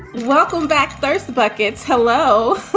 welcome back. thirsty buckets. hello.